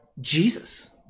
Jesus